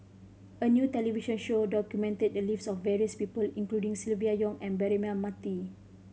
a new television show documented the lives of various people including Silvia Yong and Braema Mathi